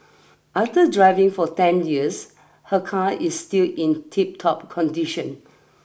after driving for ten years her car is still in tiptop condition